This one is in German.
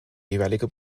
jeweilige